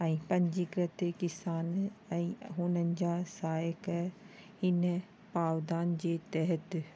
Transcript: ऐं पंज जे करे त किसान ऐं हुननि जा सहायक ऐं इन पावदान जे तहत